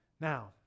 Now